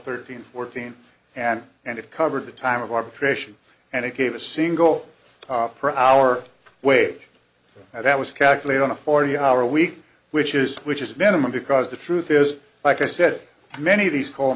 thirteen fourteen and and it covered the time of arbitration and it gave a single per hour wage that was calculated on a forty hour week which is which is minimum because the truth is like i said many of these coal